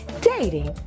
dating